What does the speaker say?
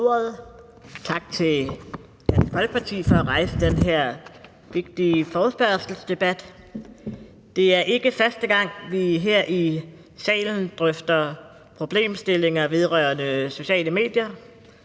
tak til Dansk Folkeparti for at rejse den her vigtige forespørgselsdebat. Det er ikke første gang, vi her i salen drøfter problemstillinger vedrørende sociale medier.